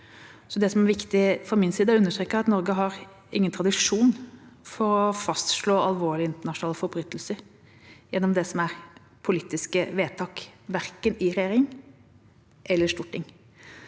Det som er viktig fra min side, er å understreke at Norge ikke har noen tradisjon for å fastslå alvorlige internasjonale forbrytelser gjennom politiske vedtak, verken i regjering eller i storting,